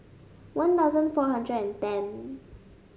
One Thousand four hundred and ten